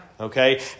Okay